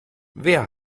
wer